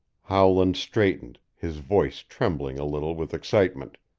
howland straightened, his voice trembling a little with excitement.